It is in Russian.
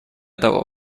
того